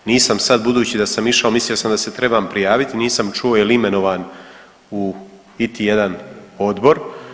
Nisam sada budući da sam išao mislio sam da se trebam prijaviti, nisam čuo jel' imenovan u iti jedan odbor.